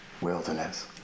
wilderness